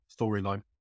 storyline